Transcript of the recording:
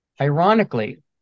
Ironically